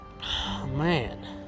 man